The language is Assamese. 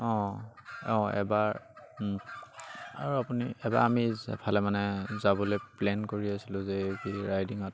অঁ অঁ এবাৰ আৰু আপুনি এবাৰ আমি এফালে মানে যাবলৈ প্লেন কৰি আছিলোঁ যে এই ৰাইডিঙত